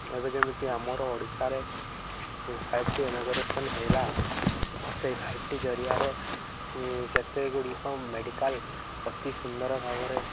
ଏବେ ଯେମିତି ଆମର ଓଡ଼ିଶାରେ ଫାଇଭ୍ ଟି ଇନାଗୁରେସନ୍ ହେଲା ସେଇ ଫାଇଭ୍ ଟି ଜରିଆରେ କେତେଗୁଡ଼ିକ ମେଡ଼ିକାଲ୍ ଅତି ସୁନ୍ଦର ଭାବରେ